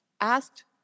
asked